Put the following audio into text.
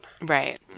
Right